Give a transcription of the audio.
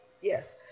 Yes